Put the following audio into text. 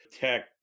Tech